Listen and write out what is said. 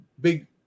big